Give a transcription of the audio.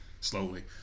Slowly